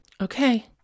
Okay